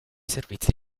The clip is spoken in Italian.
servizi